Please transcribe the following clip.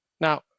Now